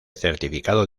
certificado